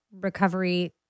recovery